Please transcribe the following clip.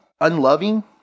unloving